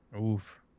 Oof